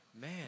Man